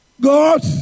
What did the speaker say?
God